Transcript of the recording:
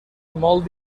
molt